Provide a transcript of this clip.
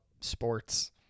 sports